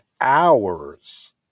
hours